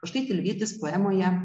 o štai tilvytis poemoje